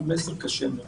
הוא מסר קשה מאוד.